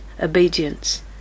obedience